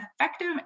effective